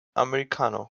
americano